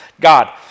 God